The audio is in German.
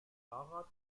fahrrad